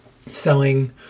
selling